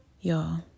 y'all